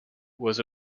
was